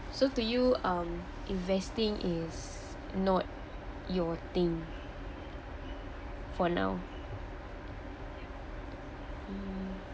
so to you um investing is not your thing for now mm